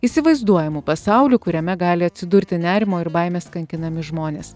įsivaizduojamu pasauliu kuriame gali atsidurti nerimo ir baimės kankinami žmonės